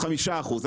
עדיין,